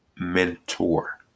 mentor